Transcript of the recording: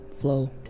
flow